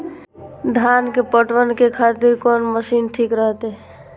धान के पटवन के खातिर कोन मशीन ठीक रहते?